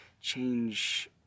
change